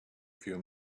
few